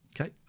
Okay